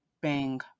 bang